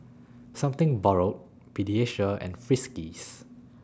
Something Borrowed Pediasure and Friskies